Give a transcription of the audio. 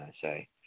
say